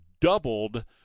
doubled